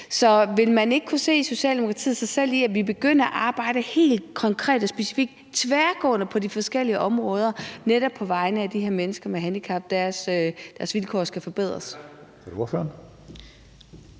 så vil man i Socialdemokratiet ikke kunne se sig selv i, at vi begynder at arbejde helt konkret og specifikt tværgående på de forskellige områder netop på vegne af de her mennesker med handicap, i forhold til at deres vilkår skal forbedres